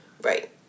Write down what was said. Right